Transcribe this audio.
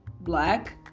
black